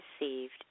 received